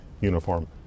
uniform